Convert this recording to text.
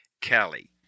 Kelly